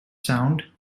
sound